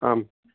आं